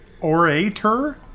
Orator